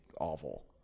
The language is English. awful